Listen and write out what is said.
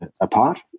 apart